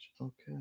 Okay